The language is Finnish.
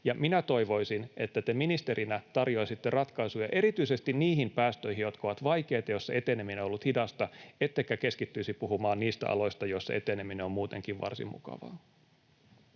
minä toivoisin, että te ministerinä tarjoaisitte ratkaisuja erityisesti niihin päästöihin, jotka ovat vaikeita ja joissa eteneminen on ollut hidasta, ettekä keskittyisi puhumaan niistä aloista, joissa eteneminen on muutenkin varsin mukavaa.